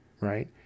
Right